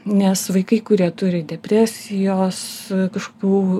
nes vaikai kurie turi depresijos kažkių